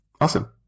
Awesome